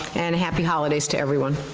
and happy holidays to everyone.